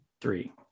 three